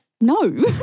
no